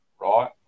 right